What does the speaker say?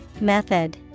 Method